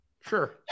Sure